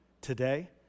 today